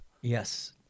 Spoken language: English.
Yes